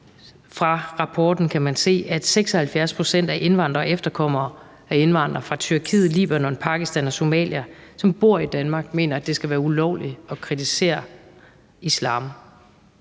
i rapporten kan se, at 76 pct. af indvandrere og efterkommere af indvandrere fra Tyrkiet, Libanon, Pakistan og Somalia, som bor i Danmark, mener, at det skal være ulovligt at kritisere islam.